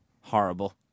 horrible